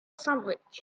sandwich